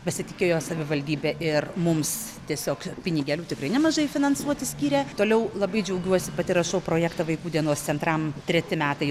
pasitikėjo savivaldybė ir mums tiesiog pinigėlių tikrai nemažai finansuoti skyrė toliau labai džiaugiuosi pati rašau projektą vaikų dienos centram treti metai